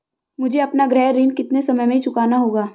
मुझे अपना गृह ऋण कितने समय में चुकाना होगा?